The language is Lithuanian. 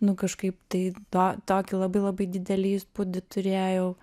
nu kažkaip tai to tokį labai labai didelį įspūdį turėjau